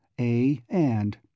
A-and